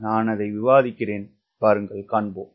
நான் அதை விவாதிக்கிறேன் வாருங்கள் காண்போம்